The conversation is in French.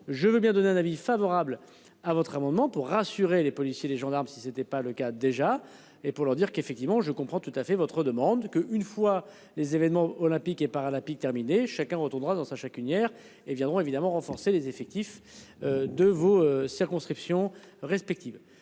je veux bien donner un avis favorable à votre amendement pour rassurer les policiers, les gendarmes si c'était pas le cas déjà et pour leur dire qu'effectivement, je comprends tout à fait votre demande que, une fois les événements olympiques et paralympiques terminé chacun retournera dans sa chacunière et viendront évidemment renforcer les effectifs. De vos circonscriptions. Respectives.